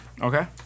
Okay